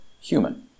human